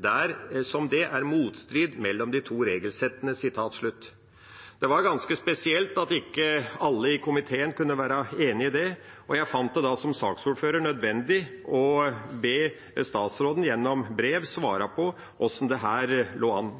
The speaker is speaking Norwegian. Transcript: dersom det er motstrid mellom de to regelsettene». Det var ganske spesielt at ikke alle i komiteen kunne være enig i det, og jeg fant det da, som saksordfører, nødvendig å be statsråden gjennom brev svare på hvordan dette lå an.